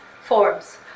forms